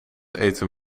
eten